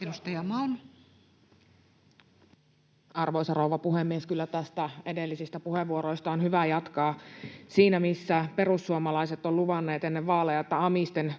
Edustaja Malm. Arvoisa rouva puhemies! Kyllä näistä edellisistä puheenvuoroista on hyvä jatkaa. Siinä missä perussuomalaiset ovat luvanneet ennen vaaleja, että amisten